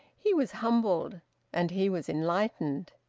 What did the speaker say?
he was humbled and he was enlightened.